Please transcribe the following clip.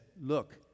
look